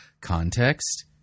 context